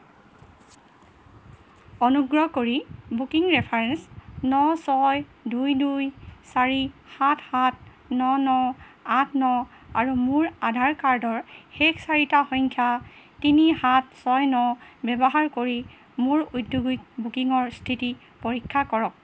অনুগ্ৰহ কৰি booking reference ন ছয় দুই দুই চাৰি সাত সাত ন ন আঠ ন আৰু মোৰ আধাৰ কাৰ্ডৰ শেষ চাৰিটা সংখ্যা তিনি সাত ছয় ন ব্যৱহাৰ কৰি মোৰ ঔদ্যোগিক বুকিঙৰ স্থিতি পৰীক্ষা কৰক